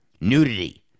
Nudity